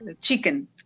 chicken